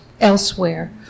elsewhere